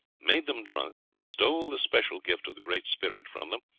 made them drunk, stole the special gift of the great spirit from them,